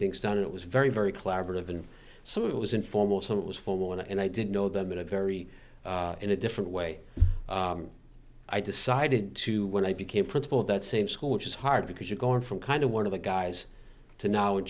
things done it was very very collaborative and so it was informal some it was for want to and i didn't know them in a very in a different way i decided to when i became principal that same school which is hard because you're going from kind of one of the guys to now in